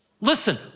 Listen